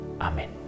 Amen